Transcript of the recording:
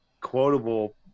quotable